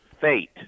fate